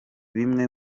bimwe